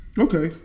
Okay